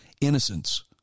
innocence